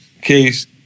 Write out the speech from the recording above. case